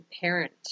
parent